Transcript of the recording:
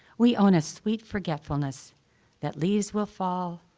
we own a sweet forgetfulness that leaves will fall,